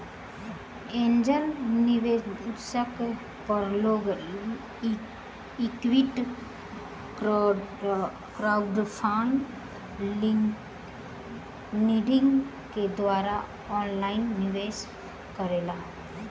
angel निवेशक पर लोग इक्विटी क्राउडफण्डिंग के द्वारा ऑनलाइन निवेश करेला